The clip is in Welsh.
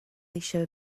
eisiau